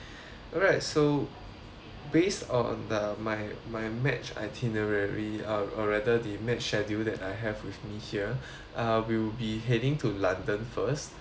alright so based on the my my match itinerary or or rather the match schedule that I have with me here uh will be heading to london first